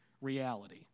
reality